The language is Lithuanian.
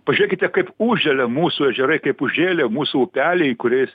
pažiūrėkite kaip užželia mūsų ežerai kaip užžėlė mūsų upeliai kuriais